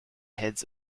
heads